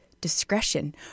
discretion